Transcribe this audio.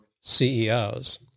CEOs